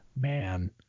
man